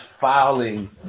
filing